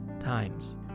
times